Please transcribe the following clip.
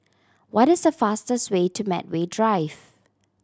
what is the fastest way to Medway Drive